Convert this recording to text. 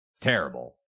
Terrible